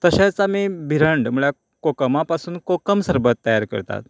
तशेंच आमी भिरंड म्हळ्यार कोकमा पासून कोकम सरबत तयार करतात